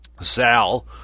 Sal